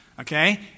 okay